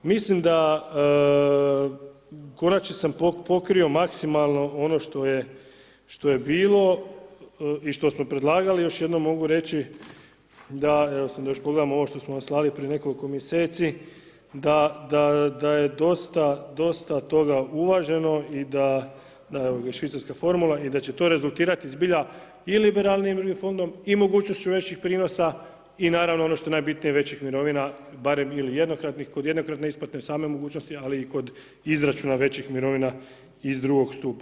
Mislim da u konačnici sam pokrio maksimalno ono što je bilo i što smo predlagali, još jednom mogu reći da, evo samo još da pogledam ovo što smo slali prije nekoliko mjeseci da je dosta toga uvaženo i da, evo i švicarska formula, i da će to rezultirati zbilja i liberalnijim drugim fondom i mogućnošću većih prinosa i naravno ono što je najbitnije većih mirovina, barem ili jednokratnih, kod jednokratne isplate same mogućnosti ali i kod izračuna većih mirovina iz drugog stupa.